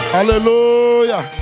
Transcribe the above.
Hallelujah